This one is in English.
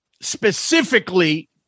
specifically